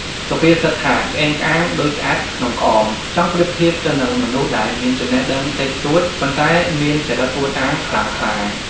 សុភាសិតថា «ក្អេងក្អាងដូចក្អាត់ក្នុងក្អម»ចង់ប្រៀបធៀបទៅនឹងមនុស្សដែលមានចំណេះដឹងតិចតួច ប៉ុន្តែមានចរិតអួតអាងខ្លាំងក្លា។